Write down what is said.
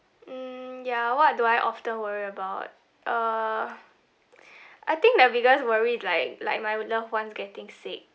mm ya what do I often worry about uh I think the biggest worry like like my loved ones getting sick